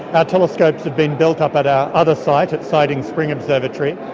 our telescopes have been built up at our other site, at siding spring observatory,